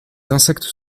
insectes